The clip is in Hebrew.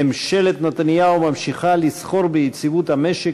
ממשלת נתניהו ממשיכה לסחור ביציבות המשק